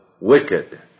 wicked